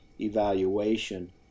evaluation